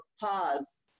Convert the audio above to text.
pause